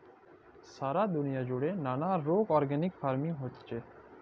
সারা দুলিয়া জুড়ে ম্যালা রোক অর্গ্যালিক ফার্মিং হচ্যে